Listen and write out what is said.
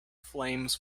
flames